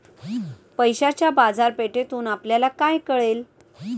पैशाच्या बाजारपेठेतून आपल्याला काय कळले?